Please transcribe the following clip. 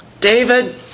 David